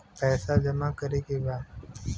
पैसा जमा करे के बा?